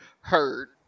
heard